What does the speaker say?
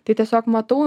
tai tiesiog matau